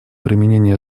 применение